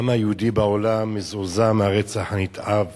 העם היהודי בעולם מזועזע מהרצח הנתעב